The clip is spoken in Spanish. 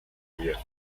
había